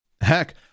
Heck